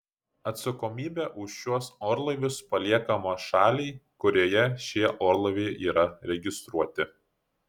atsakomybė už šiuos orlaivius paliekama šaliai kurioje šie orlaiviai yra registruoti